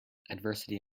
adversity